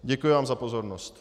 Děkuji vám za pozornost.